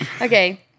Okay